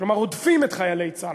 כלומר הודף את חיילי צה"ל.